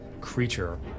creature